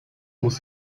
muss